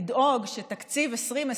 לדאוג שבתקציב 2020,